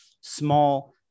small